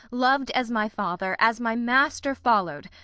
lov'd as my father, as my master follow'd,